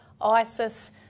ISIS